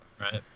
Right